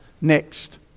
Next